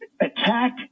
attack